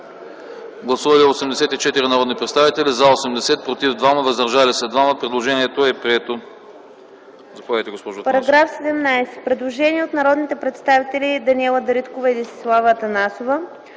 Гласували 84 народни представители: за 80, против 2, въздържали се 2. Предложението е прието. ДОКЛАДЧИК ДЕСИСЛАВА АТАНАСОВА: Параграф 17 – предложение от народните представители Даниела Дариткова и Десислава Атанасова: